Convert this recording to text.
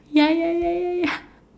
ya ya ya ya ya